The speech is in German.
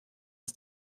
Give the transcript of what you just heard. ist